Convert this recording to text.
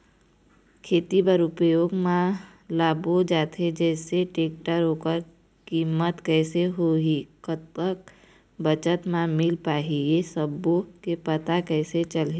खेती बर उपयोग मा लाबो जाथे जैसे टेक्टर ओकर कीमत कैसे होही कतेक बचत मा मिल पाही ये सब्बो के पता कैसे चलही?